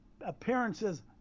appearances